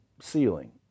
ceiling